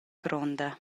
gronda